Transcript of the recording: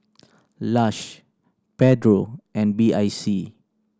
Lush Pedro and B I C